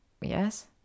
Yes